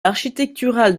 architecturales